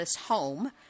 home